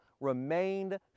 remained